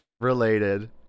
related